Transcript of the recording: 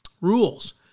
rules